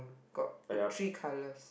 got three colours